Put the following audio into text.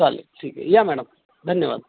चालेल ठीक आहे या मॅडम धन्यवाद